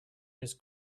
his